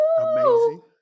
amazing